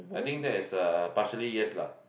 I think that is uh partially yes lah